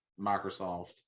Microsoft